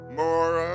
more